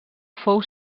fou